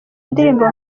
ndirimbo